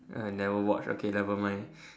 I never watch okay never mind